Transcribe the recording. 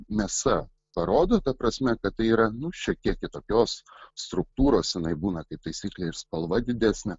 mėsa parodo ta prasme kad tai yra nu šiek tiek kitokios struktūros jinai būna kaip taisyklė ir spalva didesnė